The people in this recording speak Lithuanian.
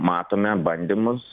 matome bandymus